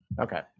Okay